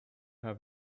have